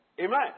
Amen